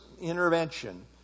intervention